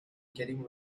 getting